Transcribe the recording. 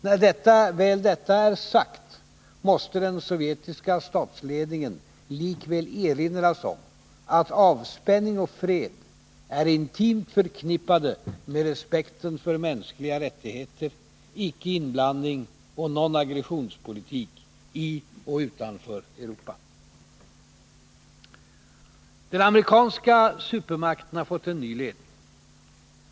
När väl detta är sagt, måste den sovjetiska statsledningen likväl erinras om att avspänning och fred är intimt förknippade med respekten för mänskliga rättigheter, icke inblandning och nonaggressionspolitik, i och utanför Europa. Den amerikanska supermakten har fått en ny ledning.